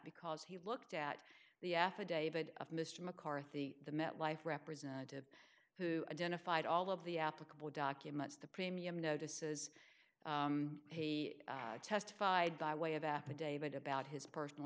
because he looked at the affidavit of mr mccarthy the metlife representative who identified all of the applicable documents the premium notices he testified by way of affidavit about his personal